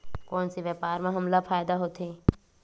कोन से व्यापार म हमला फ़ायदा होथे?